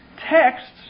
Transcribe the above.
texts